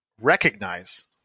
recognize